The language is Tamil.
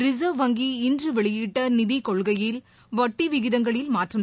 ரிசர்வ் வங்கி இன்று வெளியிட்ட நிதி கொள்கையில் வட்டி விகிதங்களில் மாற்றம்